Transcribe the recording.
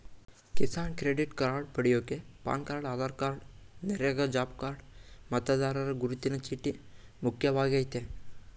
Kisan credit card ಪಡ್ಯೋಕೆ PAN card Aadhaar card NREGA job card ಮತದಾರರ ಗುರುತಿನ ಚೀಟಿ ಮುಖ್ಯವಾಗಯ್ತೆ